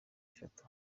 itatu